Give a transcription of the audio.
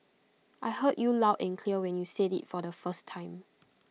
I heard you loud and clear when you said IT for the first time